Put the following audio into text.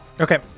okay